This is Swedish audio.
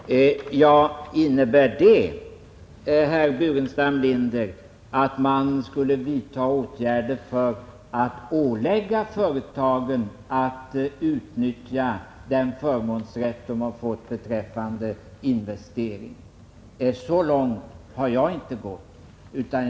Herr talman! Innebär detta, herr Burenstam Linder, att man skall vidta åtgärder för att ålägga företag att utnyttja den förmånsrätt de har fått beträffande investeringar, så har jag inte gått så långt.